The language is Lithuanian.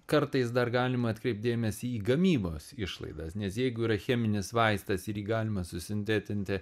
kartais dar galima atkreipt dėmesį į gamybos išlaidas nes jeigu yra cheminis vaistas ir jį galima susintetinti